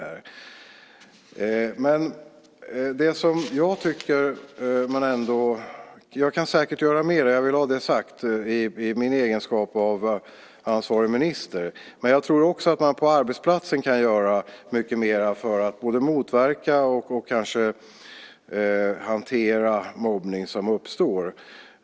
Jag kan i min egenskap av ansvarig minister säkert göra mer - jag vill ha det sagt - men jag tror också att man kan göra mycket mer på arbetsplatsen både för att motverka och kanske också hantera den mobbning som uppstår.